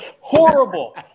Horrible